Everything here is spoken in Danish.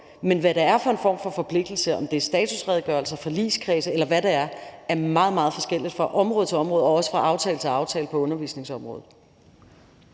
Men hvad det er for en form for forpligtelse – om det er statusredegørelser, forligskredse, eller hvad det er – er meget, meget forskelligt fra område til område og også fra aftale til aftale på undervisningsområdet.